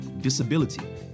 disability